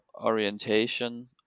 orientation